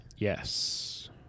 Yes